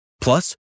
Plus